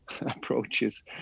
approaches